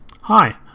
Hi